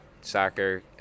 soccer